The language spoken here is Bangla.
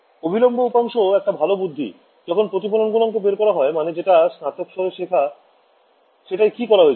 অভিলম্ব উপাংশ একটা ভালো বুদ্ধি যখন প্রতিফলন গুনাঙ্ক বের করা হয় মানে যেটা স্নাতক স্তরে শেখা সেতায় কি করা হয়েছিল